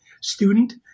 student